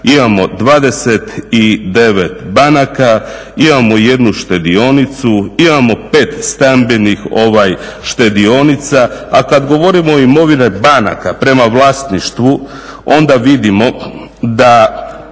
imamo 29 banaka, imamo 1 štedionicu, imamo 5 stambenih štedionica. A kad govorimo o imovini banaka prema vlasništvu onda vidimo da